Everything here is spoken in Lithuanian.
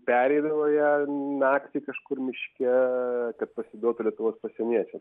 pereidavo ją naktį kažkur miške kad pasiduotų lietuvos pasieniečiams